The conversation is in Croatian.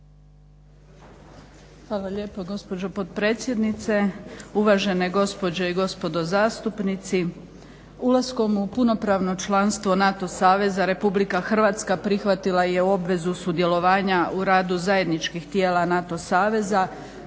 Hvala lijepo gospođo potpredsjednice, uvažene gospođe i gospodo zastupnici. Ulaskom u punopravno članstvo NATO saveza Republika Hrvatska prihvatila je obvezu sudjelovanja u radu zajedničkih tijela NATO saveza